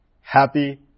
happy